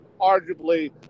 arguably